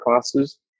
classes